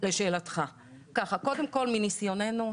לשאלתך: מניסיוננו,